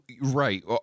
Right